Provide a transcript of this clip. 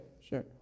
sure